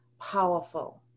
powerful